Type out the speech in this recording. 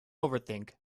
overthink